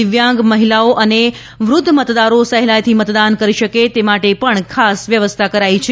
દિવ્યાંગ મહિલાઓ અને વુદ્ધ મતદારો સહેલાઇથી મતદાન કરી શકે તે માટે પણ ખાસ વ્યવસ્થા કરાઇ છે